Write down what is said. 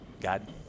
God